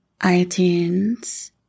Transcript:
iTunes